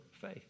faith